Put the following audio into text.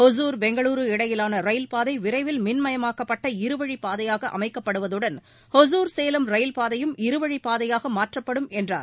ஒசூர் பெங்களூரு இடையிலான ரயில்பாதை விரைவில் மின்மயமாக்கப்பட்ட இருவழி பாதையாக அமைக்கப்படுவதுடன் ஒசூர் சேலம் ரயில்பாதையும் இருவழி பாதையாக மாற்றப்படும் என்றார்